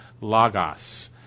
lagos